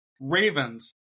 Ravens